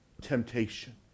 temptation